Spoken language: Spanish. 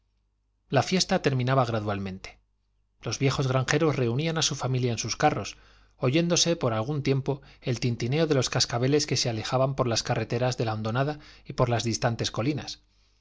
la fiesta terminaba gradualmente los viejos granjeros reunían a su familia en sus carros oyéndose por algún tiempo el tintineo de los cascabeles que se alejaba por las carreteras de la hondonada y por las distantes colinas